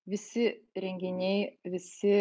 visi renginiai visi